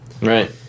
Right